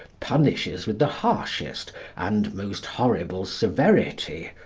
punishes with the harshest and most horrible severity,